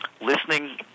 listening